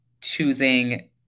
choosing